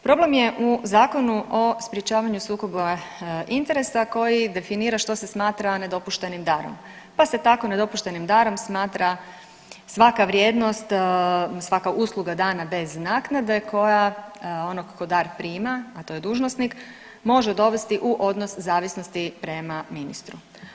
Problem je u Zakonu o sprječavanju sukoba interesa koji definira što se smatra nedopuštenim darom, pa se tako nedopuštenim darom smatra svaka vrijednost, svaka usluga dana bez naknade koja onog ko dar prima, a to je dužnosnik, može dovesti u odnos zavisnosti prema ministru.